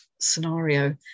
scenario